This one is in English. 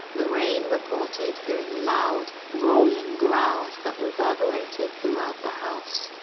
lorraine reported hearing loud, rolling growls that reverberated throughout the house.